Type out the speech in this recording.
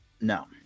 No